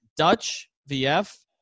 DutchVF